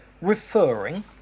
referring